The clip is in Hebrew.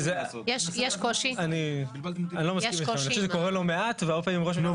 אני חושב שזה קורה לא מעט והרבה פעמים ראש ממשלה --- נו,